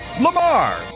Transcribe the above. Lamar